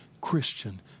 Christian